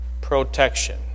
protection